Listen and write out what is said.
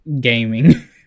gaming